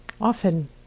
often